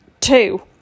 two